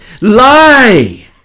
lie